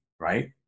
right